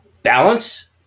Balance